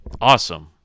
Awesome